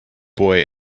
boy